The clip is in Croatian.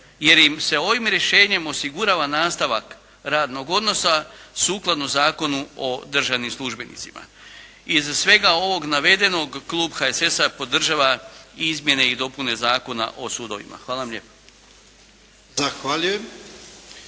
jer im se ovim rješenjem osigurava nastavak radnog odnosa sukladno Zakonu o državnim službenicima. Iz svega ovog navedenog klub HSS-a podržava izmjene i dopune Zakona o sudovima. Hvala vam lijepa. **Jarnjak,